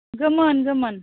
गोमोन गोमोन